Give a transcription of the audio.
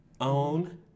own